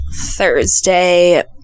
Thursday